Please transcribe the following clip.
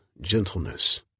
gentleness